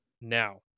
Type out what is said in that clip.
Now